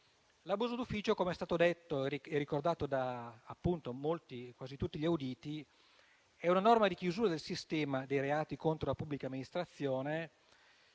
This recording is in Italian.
l'abuso d'ufficio, com'è stato detto e ricordato da quasi tutti gli auditi, è una norma di chiusura del sistema dei reati contro la pubblica amministrazione,